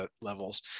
levels